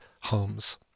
Holmes